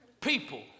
People